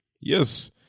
Yes